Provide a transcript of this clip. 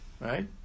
Right